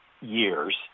years